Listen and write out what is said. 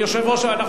הוא שינה את דעתו.